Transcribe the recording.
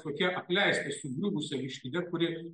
tokia apleista sugriuvusia vištide kuri